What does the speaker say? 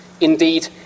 indeed